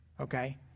okay